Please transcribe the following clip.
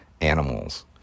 animals